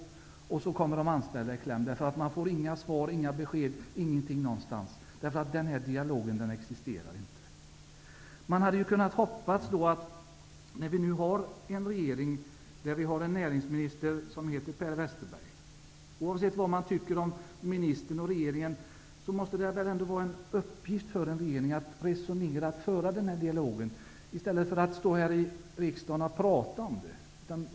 De anställda kommer i kläm. De får inga svar eller besked. Dialogen existerar inte. Vi har nu en regering med en näringsminister som heter Per Westerberg. Oavsett vad man tycker om ministern och regeringen måste det väl ändå vara en uppgift för regeringen att föra denna dialog, i stället för att stå i riksdagen och prata om det?